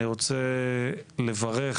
אני רוצה לברך